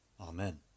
Amen